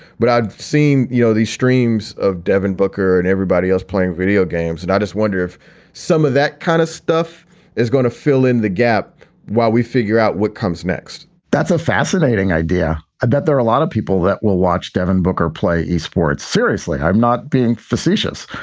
but i've seen, you know, these streams of devin booker and everybody else playing video games. and i just wonder if some of that kind of stuff is going to fill in the gap while we figure out what comes next that's a fascinating idea. i bet there are a lot of people that will watch devin booker play e-sports. seriously? i'm not being facetious.